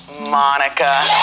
Monica